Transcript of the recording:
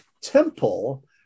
temple